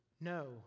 No